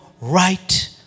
right